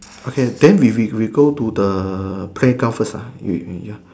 okay then we we we go to the playground first uh you you ya